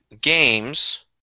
games